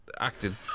acting